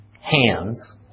hands